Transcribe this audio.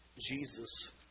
Jesus